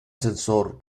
sensor